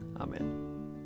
Amen